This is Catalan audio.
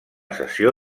sessió